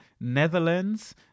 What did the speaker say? Netherlands